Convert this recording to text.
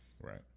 right